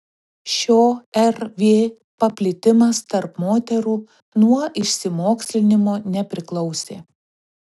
šio rv paplitimas tarp moterų nuo išsimokslinimo nepriklausė